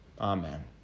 Amen